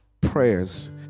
prayers